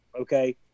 okay